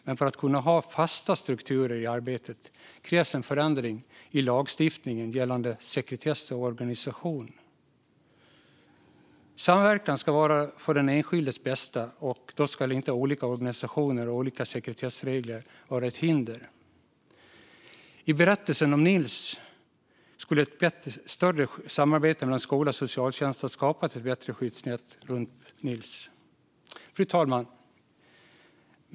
Men för att kunna ha fasta strukturer i arbetet krävs en förändring i lagstiftningen gällande sekretess och organisation. Samverkan ska vara för den enskildes bästa, och då ska inte olika organisationer och olika sekretessregler vara ett hinder. I berättelsen om Nils skulle ett större samarbete mellan skola och socialtjänst ha skapat ett bättre skyddsnät runt Nils. Fru talman!